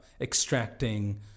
extracting